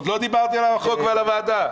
אני לא דיברתי על החוק ועל הוועדה.